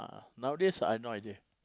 nowadays I've no idea